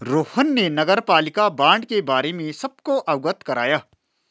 रोहन ने नगरपालिका बॉण्ड के बारे में सबको अवगत कराया